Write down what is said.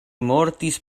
mortis